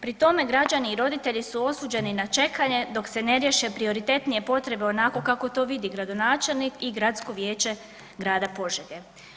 Pri tome građani i roditelji su osuđeni na čekanje dok se ne riješe prioritetnije potrebe onako kako to vidi gradonačelnik i Gradsko vijeće grada Požege.